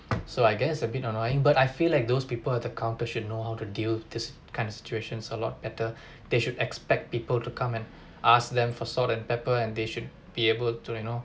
so I guess a bit annoying but I feel like those people at the counter should know how to deal with this kind of situations a lot better they should expect people to come and ask them for salt and pepper and they should be able to you know